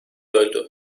öldü